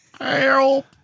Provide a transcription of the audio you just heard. help